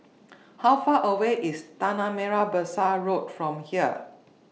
How Far away IS Tanah Merah Besar Road from here